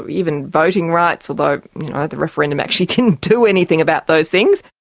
even voting rights, although the referendum actually didn't do anything about those things.